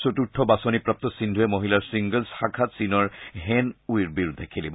চতুৰ্থ বাচনিপ্ৰাপু সিন্ধুয়ে মহিলাৰ ছিংগলছ শাখাত চীনৰ হেন ইউৰ বিৰুদ্ধে খেলিব